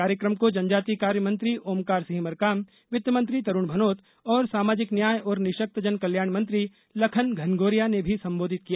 कार्यक्रम को जनजाति कार्य मंत्री ओंकार सिंह मरकाम वित्तमंत्री तरुण भनोत और सामाजिक न्याय और निःशक्तजन कल्याण मंत्री लखन घनघोरिया ने भी संबोधित किया